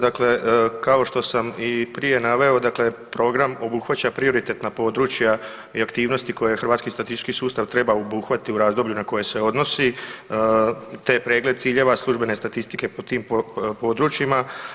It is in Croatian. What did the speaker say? Dakle, kao što sam i prije naveo program obuhvaća prioritetna područja i aktivnosti koje hrvatski statistički sustav treba obuhvatiti u razdoblju na koje se odnosi te pregled ciljeva službene statistike po tim područjima.